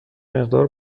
مقدار